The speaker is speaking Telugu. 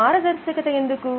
పారదర్శకత ఎందుకు